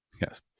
Yes